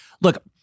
look